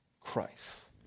Christ